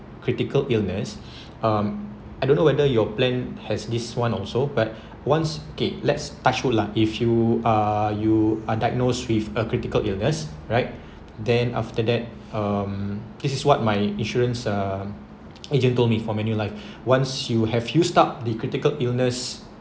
critical illness um I don't know whether your plan has this one also but once okay let's touch wood lah if you are you are diagnosed with a critical illness right then after that um this is what my insurance uh agent told me for Manulife once you have used up the critical illness